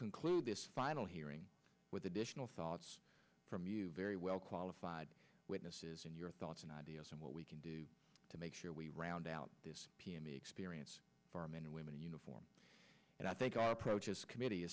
conclude this final hearing with additional thoughts from you very well qualified witnesses and your thoughts and ideas on what we can do to make sure we round out this p m a experience for our men and women in uniform and i think our approaches committee